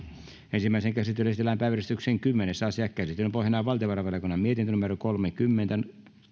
ensimmäiseen käsittelyyn esitellään päiväjärjestyksen kymmenes asia käsittelyn pohjana on valtiovarainvaliokunnan mietintö kolmekymmentä